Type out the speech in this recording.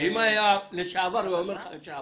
אם היה לשעבר, הוא היה אומר לך לשעבר